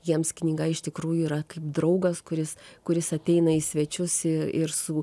jiems knyga iš tikrųjų yra kaip draugas kuris kuris ateina į svečius ir su